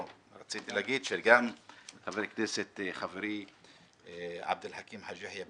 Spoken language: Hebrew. רציתי להגיד שגם חברי עבד אל חכים חאג' יחיא,